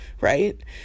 right